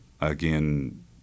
again